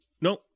No